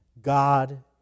God